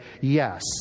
yes